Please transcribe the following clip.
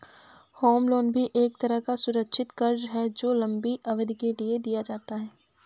home loan भी एक तरह का सुरक्षित कर्ज है जो लम्बी अवधि के लिए दिया जाता है